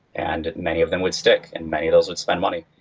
and many of them with sticks and many of those would spend money.